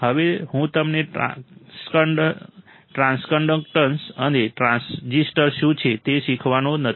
હવે હું તમને ટ્રાન્સકન્ડક્ટન્સ અને ટ્રાન્સરઝિસ્ટન્સ શું છે તે શીખવવાનો નથી